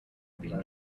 been